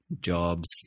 jobs